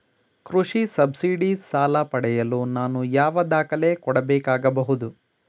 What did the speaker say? ಕೃಷಿ ಸಬ್ಸಿಡಿ ಸಾಲ ಪಡೆಯಲು ನಾನು ಯಾವ ದಾಖಲೆ ಕೊಡಬೇಕಾಗಬಹುದು?